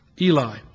Eli